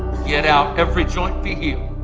get out. every joint be healed.